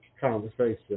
conversation